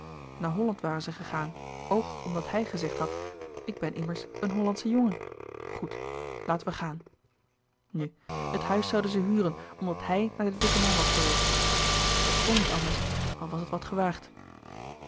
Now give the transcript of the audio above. naar holland waren zij gegaan ook omdat hij gezegd had ik ben immers een hollandsche jongen goed laten we gaan nu het huis zouden zij huren omdat hij naar den dikken man was geweest louis couperus de boeken der kleine zielen het kon niet anders al was het wat